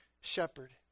shepherd